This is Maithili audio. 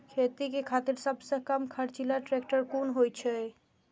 खेती के खातिर सबसे कम खर्चीला ट्रेक्टर कोन होई छै?